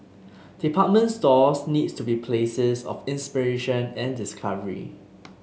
department stores need to be places of inspiration and discovery